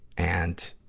and,